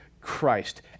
Christ